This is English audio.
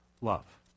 love